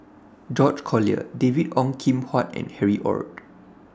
George Collyer David Ong Kim Huat and Harry ORD